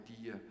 idea